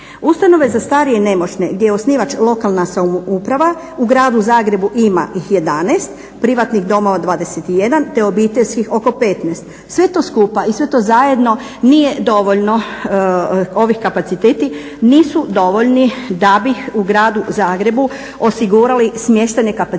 Ustanove za starije i nemoćne gdje je osnivač lokalna samouprava u gradu Zagrebu ima ih 11, privatnih domova 21, te obiteljskih oko 15. Sve to skupa i sve to zajedno nije dovoljno ovi kapaciteti nisu dovoljni da bi u gradu Zagrebu osigurali smještajne kapacitete